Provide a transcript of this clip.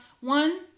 One